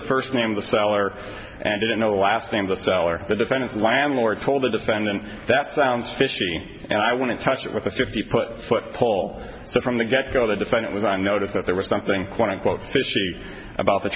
the first name the seller and in no last name the seller the defendant's landlord told the defendant that sounds fishy and i want to touch it with a fifty foot foot pole so from the get go the defendant was on notice that there was something quote unquote fishy about the